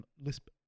Lisp